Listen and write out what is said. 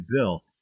Bill